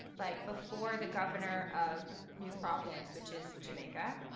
like, before the governor of new providence which is jamaica,